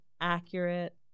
accurate